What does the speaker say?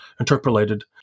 interpolated